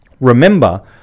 remember